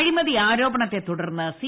അഴിമതി ആരോപണത്തെ തുടർന്ന് സി